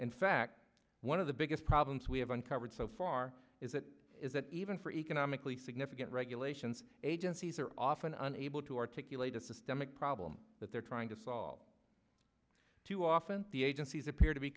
in fact one of the biggest problems we have uncovered so far is that is that even for economically significant regulations agencies are often unable to articulate a systemic problem that they're trying to solve too often the agencies appear to be